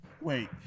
wait